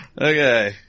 Okay